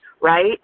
right